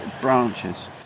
branches